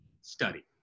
study